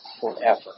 forever